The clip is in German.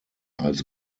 als